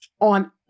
on